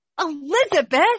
Elizabeth